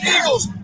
Eagles